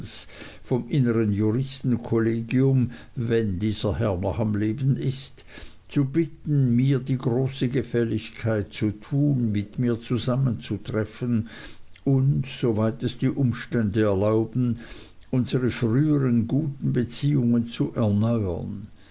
vom innern juristenkollegium wenn dieser herr noch am leben ist zu bitten mir die große gefälligkeit zu tun mit mir zusammenzutreffen und soweit es die umstände erlauben unsere früheren guten beziehungen zu erneuern